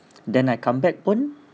then I come back pun